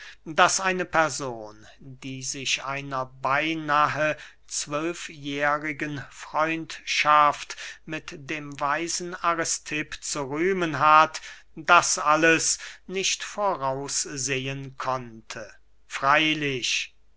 daß eine person die sich einer beynahe zwölfjährigen freundschaft mit dem weisen aristipp zu rühmen hat das alles nicht voraussehen konnte freylich